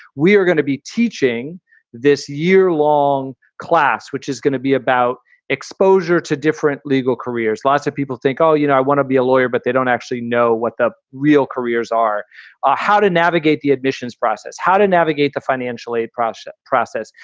we are going to be teaching this year long class, which is going to be about exposure to different legal careers. lots of people think all, you know, i want to be a lawyer, but they don't actually know what the real careers are or ah how to navigate the admissions process, how to navigate the financial aid process process,